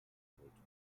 retrouvent